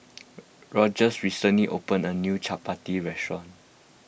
Rogers recently opened a new Chapati restaurant